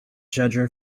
judge